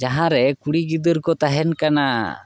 ᱡᱟᱦᱟᱸ ᱨᱮ ᱠᱩᱲᱤ ᱜᱤᱫᱟᱹᱨ ᱠᱚ ᱛᱟᱦᱮᱱ ᱠᱟᱱᱟ